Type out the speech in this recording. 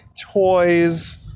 toys